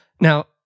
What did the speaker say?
Now